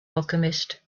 alchemist